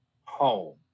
home